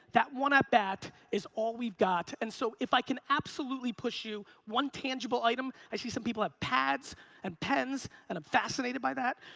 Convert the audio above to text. that one at bat is all we got. and so if i can absolutely push you one tangible item, i see some people have pads and pens, and i'm fascinated by that.